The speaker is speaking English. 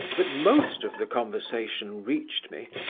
but most of the conversation reached me,